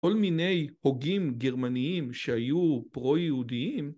‫כל מיני הוגים גרמניים ‫שהיו פרו-יהודיים.